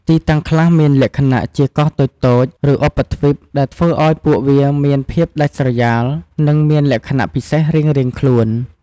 ទីតាំងខ្លះមានលក្ខណៈជា កោះតូចៗ ឬឧបទ្វីប ដែលធ្វើឱ្យពួកវាមានភាពដាច់ស្រយាល និងមានលក្ខណៈពិសេសរៀងៗខ្លួន។